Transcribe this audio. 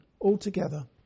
altogether